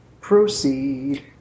Proceed